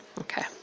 Okay